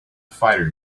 fighter